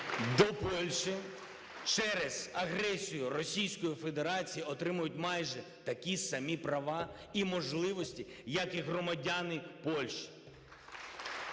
до Польщі через агресію Російської Федерації, отримують майже такі самі права і можливості, як і громадяни Польщі.